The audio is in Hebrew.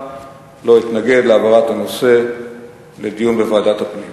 לא אתנגד להעברת הנושא לדיון בוועדת הפנים.